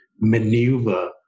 maneuver